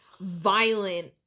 violent